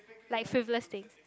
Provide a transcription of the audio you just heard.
like frivolous thing